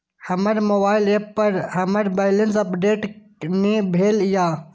हमर mobile app पर हमर बैलेंस अपडेट ने भेल या